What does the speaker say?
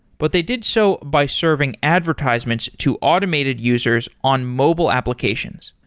but they did so by serving advertisements to automated users on mobile applications.